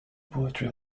poetry